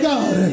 God